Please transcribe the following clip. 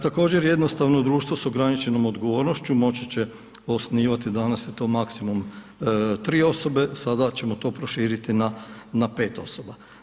Također jednostavno društvo s ograničenom odgovornošću moći će osnivati, danas je to maksimum 3 osobe, sada ćemo to proširiti na 5 osoba.